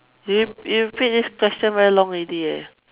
you you repeat this question very long already eh